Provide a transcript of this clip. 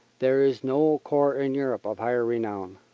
there is no corps in europe of higher renown.